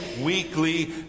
weekly